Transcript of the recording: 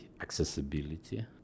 accessibility